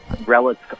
relics